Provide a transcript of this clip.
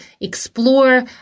explore